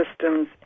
systems